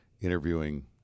interviewing